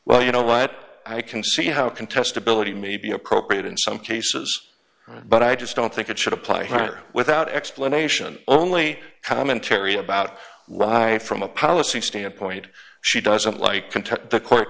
well you know what i can see how contestability may be appropriate in some cases but i just don't think it should apply her without explanation only commentary about life from a policy standpoint she doesn't like